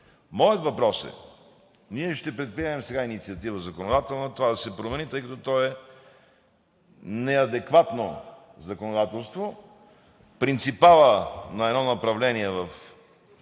Моят въпрос е: ние ще предприемем сега законодателна инициатива това да се промени, тъй като то е неадекватно законодателство, принципалът на едно направление в